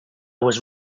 was